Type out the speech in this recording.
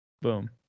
Boom